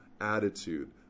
attitude